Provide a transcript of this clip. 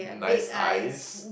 nice eyes